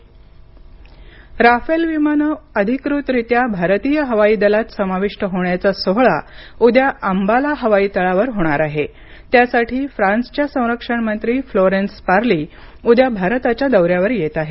France मंत्री Rafale विमाने अधिकृतरित्या भारतीय हवाई दलात समाविष्ट होण्याचा सोहळा उद्या अंबाला हवाई तळावर होणार आहे त्यासाठी फ्रान्सच्या संरक्षण मंत्री फ्लोरेन्स पार्ली उद्या भारताच्या दौऱ्यावर येत आहेत